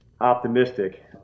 optimistic